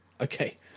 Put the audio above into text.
okay